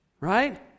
right